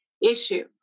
issue